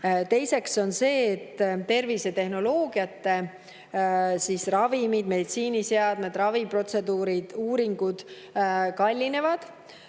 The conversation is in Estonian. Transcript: Teine on see, et tervisetehnoloogiad, ravimid, meditsiiniseadmed, raviprotseduurid ja uuringud kallinevad.